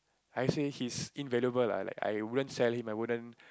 I say he's invaluable lah like I wouldn't sell him I wouldn't